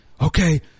okay